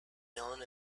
dylan